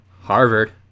Harvard